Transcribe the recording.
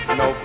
no